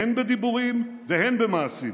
הן בדיבורים והן במעשים,